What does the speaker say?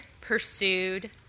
pursued